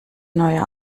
neuer